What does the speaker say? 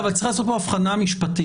אבל צריך לעשות פה הבחנה משפטית.